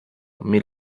mil